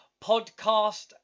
podcast